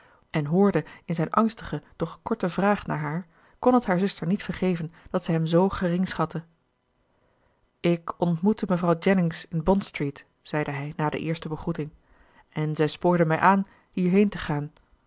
en hoorde in zijn angstige doch korte vraag naar haar kon het haar zuster niet vergeven dat zij hem zoo gering schatte ik ontmoette mevrouw jennings in bond street zeide hij na de eerste begroeting en zij spoorde mij aan hierheen te gaan